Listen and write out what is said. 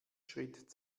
schritt